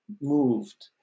moved